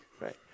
right